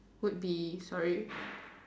would be sorry